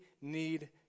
need